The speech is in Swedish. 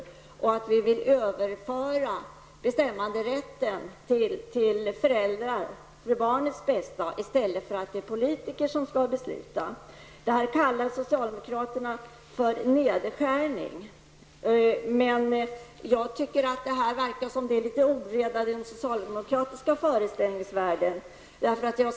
Vi vill för barnets bästa överföra bestämmanderätten till föräldrarna i stället för att politikerna skall besluta. Detta kallar socialdemokraterna för nedskärning. Jag tycker att det verkar vara litet oreda i den socialdemokratiska föreställningsvärlden.